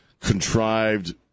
contrived